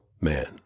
man